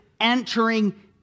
entering